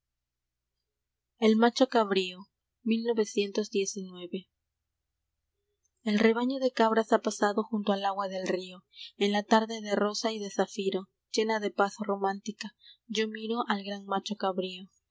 l rebaño de cabras ha pasado e junto al agua del río en la tarde de rosa y de zafiro llena de paz romántica yo miro al gran macho cabrío